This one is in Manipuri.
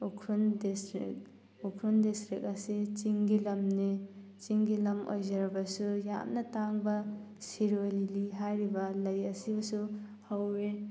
ꯎꯈ꯭ꯔꯨꯜ ꯗꯤꯁꯇ꯭ꯔꯤꯛ ꯎꯈ꯭ꯔꯨꯜ ꯗꯤꯁꯇ꯭ꯔꯤꯛ ꯑꯁꯤ ꯆꯤꯡꯒꯤ ꯂꯝꯅꯤ ꯆꯤꯡꯒꯤ ꯂꯝ ꯑꯣꯏꯖꯔꯕꯁꯨ ꯌꯥꯝꯅ ꯇꯥꯡꯕ ꯁꯤꯔꯣꯏ ꯂꯤꯂꯤ ꯍꯥꯏꯔꯤꯕ ꯂꯩ ꯑꯁꯤꯁꯨ ꯍꯧꯏ